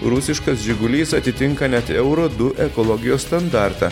rusiškas žigulys atitinka net euro du ekologijos standartą